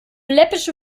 läppische